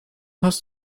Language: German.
hast